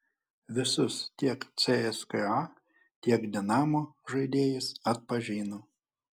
visus tiek cska tiek dinamo žaidėjus atpažino